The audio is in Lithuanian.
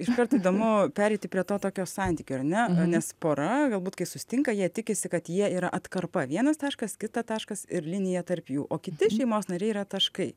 iškart įdomu pereiti prie to tokio santykio ar ne nes pora galbūt kai susitinka jie tikisi kad jie yra atkarpa vienas taškas kitas taškas ir linija tarp jų o kiti šeimos nariai yra taškai